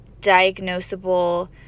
diagnosable